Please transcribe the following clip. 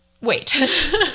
Wait